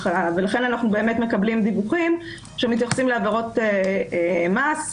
ולכן אנחנו באמת מקבלים דיווחים שמתייחסים לעבירות מס.